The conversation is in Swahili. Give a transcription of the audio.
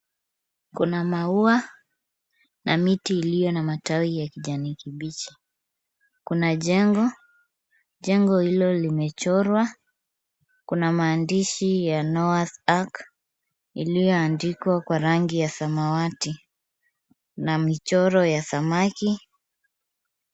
Kuna maua na miti iliyo na matawi ya kijani kibichi. Kuna jengo, jengo hilo limechorwa. Kuna maandishi ya Noah's arc, iliyoandikwa kwa rangi ya samawati na michoro ya samaki.